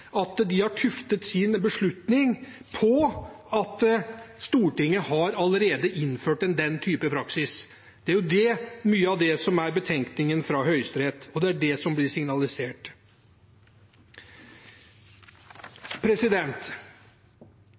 tuftet sin beslutning på at Stortinget allerede har innført den type praksis. Det er det som er mye av betenkningen fra Høyesterett, og det er det som blir